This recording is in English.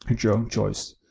and your own choice.